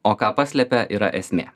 o ką paslepia yra esmė